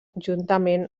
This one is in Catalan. juntament